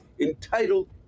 entitled